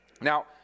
Now